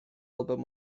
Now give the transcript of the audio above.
album